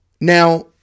Now